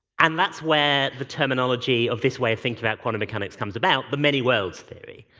and that's where the terminology of this way of thinking about quantum mechanics comes about, the many worlds theory.